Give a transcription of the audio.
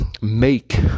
make